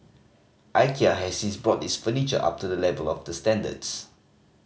Ikea has since brought its furniture up to the level of the standards